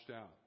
out